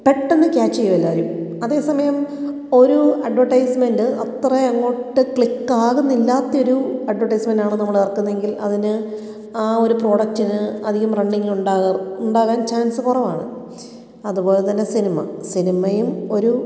പെട്ടന്ന് ക്യാച്ച് ചെയ്യും എല്ലാവരും അതെ സമയം ഒരു അഡ്വെർടൈസ്മെൻ്റ് അത്ര അങ്ങോട്ട് ക്ലിക്ക് ആകുന്നില്ലാത്തൊരു അഡ്വെർടൈസ്മെൻ്റാണ് നമ്മളിറക്കുന്നത് എങ്കിൽ അതിന് ആ ഒരു പ്രൊഡക്ടിന് അധികം റണ്ണിങ് ഉണ്ടാവാൻ ചാൻസ് കുറവാണ് അതുപോലെ തന്നെ സിനിമ സിനിമയും ഒരു